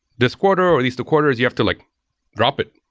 this quarter or these two quarters, you have to like drop it.